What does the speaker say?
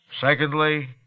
Secondly